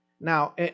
Now